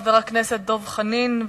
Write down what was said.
חבר הכנסת דב חנין,